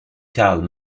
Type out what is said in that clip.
carl